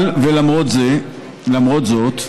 אבל למרות זאת,